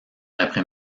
l’après